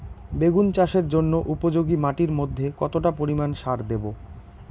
বেগুন চাষের জন্য উপযোগী মাটির মধ্যে কতটা পরিমান সার দেব?